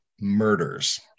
murders